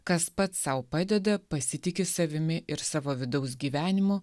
kas pats sau padeda pasitiki savimi ir savo vidaus gyvenimu